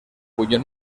cuyo